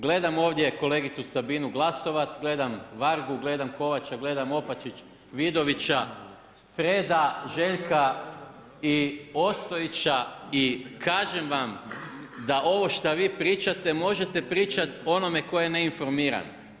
Gledam ovdje kolegicu Sabinu Glasovac, gledam Vargu, gledam Kovača, gledam Opačić, Vidovića, Freda, Željka i Ostojića i kažem vam da ovo što vi pričate možete pričati onome tko je neinformiran.